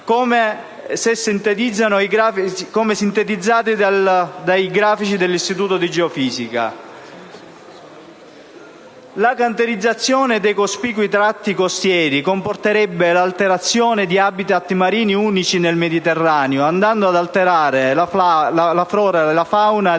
come sintetizzato dai grafici dell'Istituto nazionale di geofisica. La cantierizzazione dei cospicui tratti costieri comporterebbe l'alterazione di *habitat* marini unici nel Mediterraneo, andando ad alterare la flora